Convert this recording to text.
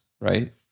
right